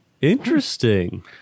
Interesting